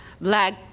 black